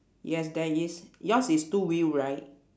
yes there is yours is two wheel right